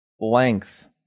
length